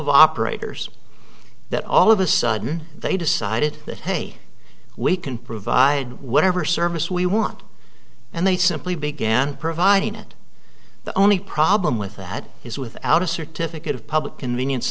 of operators that all of a sudden they decided that hey we can provide whatever service we want and they simply began providing it the only problem with that is without a certificate of public convenience